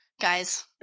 guys